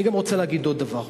אני רוצה להגיד עוד דבר.